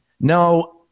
no